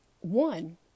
One